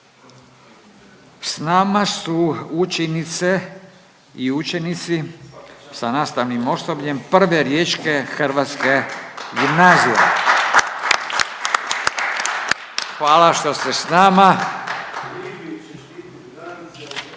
Sa nama su učenice i učenici sa nastavnim osobljem prve Riječke hrvatske gimnazije. /Pljesak./ Hvala što ste sa nama. Hvala